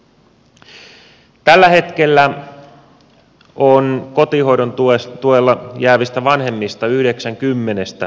tällä hetkellä kotihoidon tuelle jäävistä vanhemmista yhdeksän kymmenestä on äitejä